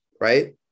right